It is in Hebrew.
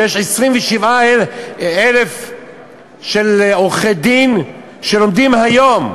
יש היום 27,000 שלומדים עריכת-דין,